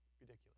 ridiculous